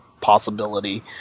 possibility